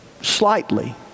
slightly